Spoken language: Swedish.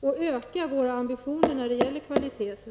och öka våra ambitioner beträffande kvaliteten.